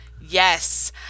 Yes